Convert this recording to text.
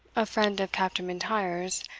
a friend of captain m'intyre's,